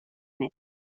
metres